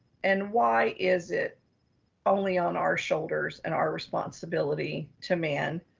and why is it only on our shoulders and our responsibility to man,